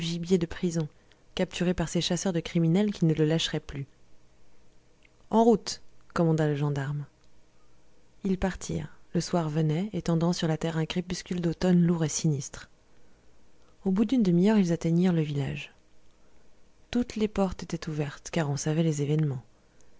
gibier de prison capturé par ces chasseurs de criminels qui ne le lâcheraient plus en route commanda le gendarme ils partirent le soir venait étendant sur la terre un crépuscule d'automne lourd et sinistre au bout d'une demi-heure ils atteignirent le village toutes les portes étaient ouvertes car on savait les événements